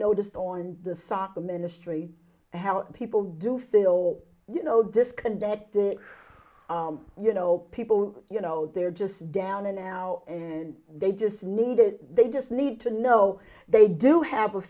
noticed on the soccer ministry how people do feel you know disconnected you know people you know they're just down and now they just need it they just need to know they do have a